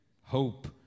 hope